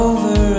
Over